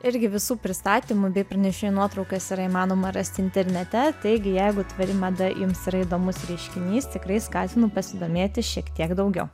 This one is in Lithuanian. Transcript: irgi visų pristatymų bei pranešėjų nuotraukas yra įmanoma rasti internete taigi jeigu tvari mada jums yra įdomus reiškinys tikrai skatinu pasidomėti šiek tiek daugiau